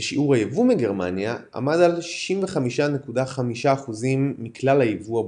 ושיעור היבוא מגרמניה עמד על 65.5% מכלל היבוא הבולגרי.